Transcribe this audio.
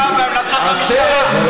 המלצות המשטרה.